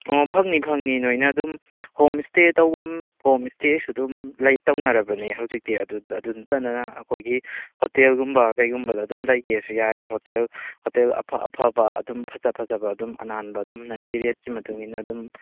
ꯑꯣ ꯐꯪꯅꯤ ꯐꯪꯅꯤ ꯅꯣꯏꯅ ꯑꯗꯨꯝ ꯍꯣꯝ ꯏꯁꯇꯦ ꯇꯧꯐꯝ ꯍꯣꯝ ꯏꯁꯇꯦꯁꯨ ꯑꯗꯨꯝ ꯂꯩ ꯇꯧꯅꯔꯕꯅꯤ ꯍꯧꯖꯤꯛꯇꯤ ꯑꯗꯨ ꯅꯠꯇꯗꯅ ꯑꯩꯈꯣꯏꯒꯤ ꯍꯣꯇꯦꯜꯒꯨꯝꯕ ꯀꯩꯒꯨꯝꯕꯗ ꯑꯗꯨꯝ ꯂꯩꯒꯦꯁꯨ ꯌꯥꯏꯌꯦ ꯍꯣꯇꯦꯜ ꯍꯣꯇꯦꯜ ꯑꯐ ꯑꯐꯕ ꯑꯗꯨꯝ ꯐꯖ ꯐꯖꯕ ꯑꯗꯨꯝ ꯑꯅꯥꯟꯕ ꯑꯗꯨꯝ ꯅꯪꯒꯤ ꯔꯦꯠꯀꯤ ꯃꯇꯨꯡ ꯏꯟꯅ ꯑꯗꯨꯝ